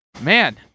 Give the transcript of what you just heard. Man